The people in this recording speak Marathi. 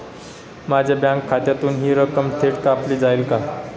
माझ्या बँक खात्यातून हि रक्कम थेट कापली जाईल का?